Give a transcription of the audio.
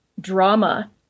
drama